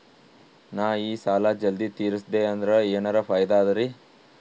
ನಾ ಈ ಸಾಲಾ ಜಲ್ದಿ ತಿರಸ್ದೆ ಅಂದ್ರ ಎನರ ಫಾಯಿದಾ ಅದರಿ?